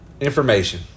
information